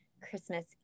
Christmas